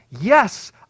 Yes